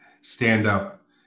stand-up